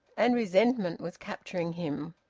and resentment was capturing him,